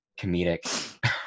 comedic